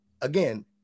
again